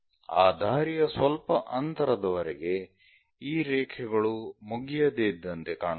ಆ ದಾರಿಯ ಸ್ವಲ್ಪ ಅಂತರದವರೆಗೆ ಈ ರೇಖೆಗಳು ಮುಗಿಯದೆ ಇದ್ದಂತೆ ಕಾಣುತ್ತವೆ